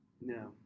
No